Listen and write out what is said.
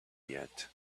yet